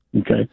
Okay